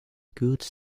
goods